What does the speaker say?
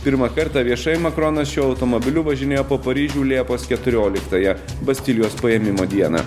pirmą kartą viešai makronas šiuo automobiliu važinėjo po paryžių liepos keturioliktąją bastilijos paėmimo dieną